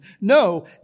No